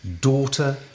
daughter